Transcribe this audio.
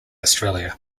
australia